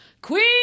Queen